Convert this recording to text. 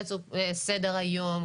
סדר היום,